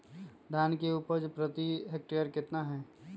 धान की उपज प्रति हेक्टेयर कितना है?